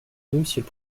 monsieur